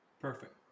Perfect